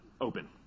open